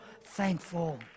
thankful